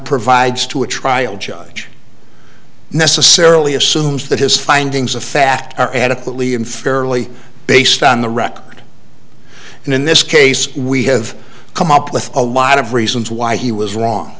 provides to a trial judge necessarily assumes that his findings of fact are adequately and fairly based on the record and in this case we have come up with a lot of reasons why he was wrong